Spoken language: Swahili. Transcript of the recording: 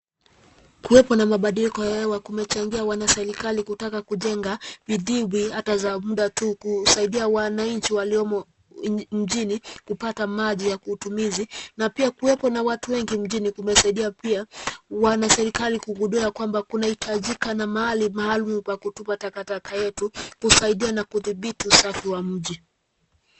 Kuwepo na mabadiliko ya hewa kumechangia wanaserikali kutaka kujengwa vidimbwi hata za muda tu kusaidia wananchi waliomo mjini kupata maji ya utumizi na pia kuwepo na watu wengi mjini kumesaidia pia wanaserikali kugundua ya kwamba kunahitajika na mahali maalum pa kutupa takataka yetu kusaidia na kudhibiti usafi wa mji.